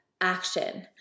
action